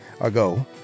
ago